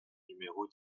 numéro